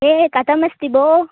ये कथमस्ति भोः